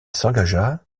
s’engagea